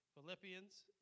Philippians